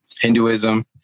Hinduism